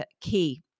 key